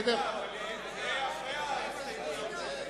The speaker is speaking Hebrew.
זה אחרי ההסתייגויות של שלי.